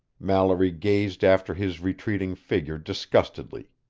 mallory gazed after his retreating figure disgustedly.